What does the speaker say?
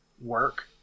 work